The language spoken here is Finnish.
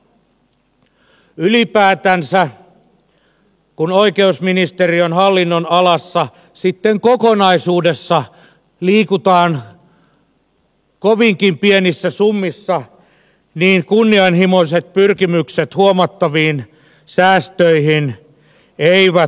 ylipäätänsä kun oikeusministeriön hallinnonalassa sitten kokonaisuudessa liikutaan kovinkin pienissä summissa kunnianhimoiset pyrkimykset huomattaviin säästöihin eivät ole realistisia